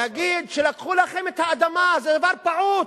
להגיד שלקחו לכם את האדמה זה דבר פעוט,